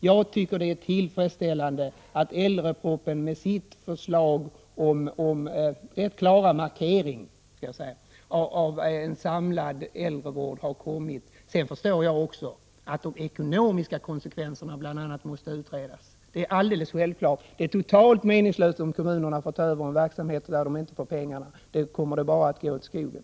Jag tycker att det är tillfredsställande att äldreomsorgspropositionen med en klar markering av vikten av en samlad äldrevård har kommit. Men jag förstår också att bl.a. de ekonomiska konsekvenserna måste utredas. Det är alldeles självklart. Det är totalt meningslöst om kommunerna får ta över en verksamhet som de inte får pengar till. Då kommer det bara att gå åt skogen.